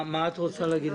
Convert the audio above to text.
מה את רוצה להגיד לנו בזה?